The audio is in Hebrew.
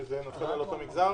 שזה נופל על אותו מגזר,